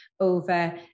over